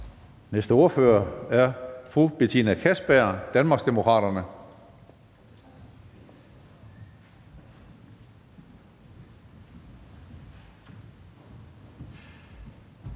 næste ordfører er fru Betina Kastbjerg, Danmarksdemokraterne.